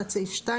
תת סעיף 2,